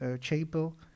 chapel